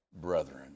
brethren